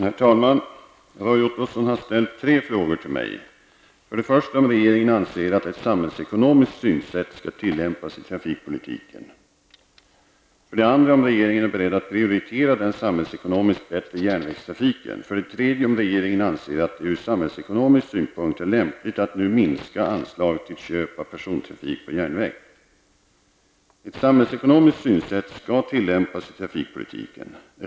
Herr talman! Roy Ottosson har ställt tre frågor till mig. För det första om regeringen anser att ett samhällsekonomiskt synsätt skall tillämpas i trafikpolitiken. För det andra om regeringen är beredd att prioritera den samhällsekonomiskt bättre järnvägstrafiken. För det tredje om regeringen anser att det ur samhällsekonomisk synpunkt är lämpligt att nu minska anslaget till köp av persontrafik på järnväg. Ett samhällsekonomiskt synsätt skall tillämpas i trafikpolitiken.